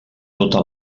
tota